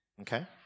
okay